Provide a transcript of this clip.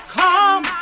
come